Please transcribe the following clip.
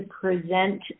present